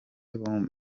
bamaze